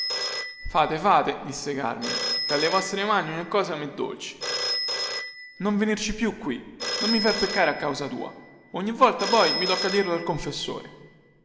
fate fate disse carmine chè dalle vostre mani ogni cosa mi è dolce non venirci più qui non mi far peccare a causa tua ogni volta poi mi tocca dirlo al confessore